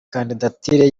kandidatire